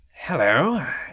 Hello